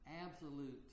absolute